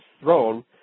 throne